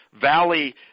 valley